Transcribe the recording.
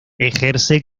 ejerce